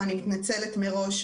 ואני מתנצלת מראש,